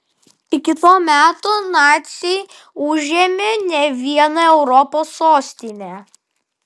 iki to meto naciai užėmė ne vieną europos sostinę